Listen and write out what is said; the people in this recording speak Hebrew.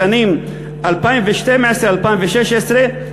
לשנים 2012 2016,